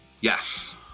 Yes